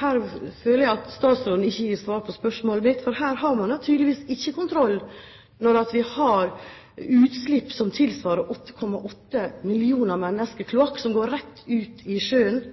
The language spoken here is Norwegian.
Her føler jeg at statsråden ikke gir svar på spørsmålet mitt. For en har tydeligvis ikke kontroll når utslipp som tilsvarer kloakk fra 8,8 millioner mennesker, går rett ut i sjøen.